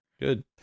Good